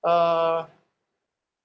uh